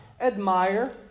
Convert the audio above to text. Admire